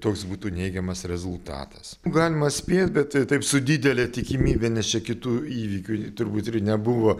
toks būtų neigiamas rezultatas galima spėt bet taip su didele tikimybe nes čia kitų įvykių turbūt ir nebuvo